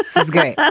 that's that's great